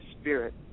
spirit